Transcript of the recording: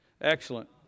Excellent